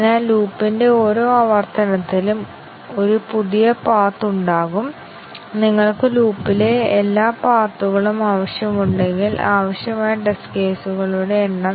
അതിനാൽ ഇവിടെ നമുക്ക് 5 കംപോണൻറ് വ്യവസ്ഥകളുണ്ടെന്ന് കാണിക്കുന്ന ഈ ഉദാഹരണം അതിനാൽ മൾട്ടിപ്പിൾ കണ്ടീഷൻ കവറേജിനായി ഞങ്ങൾക്ക് 32 ടെസ്റ്റ് കേസുകൾ ആവശ്യമാണ്